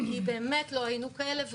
כי באמת לא היינו כאלה.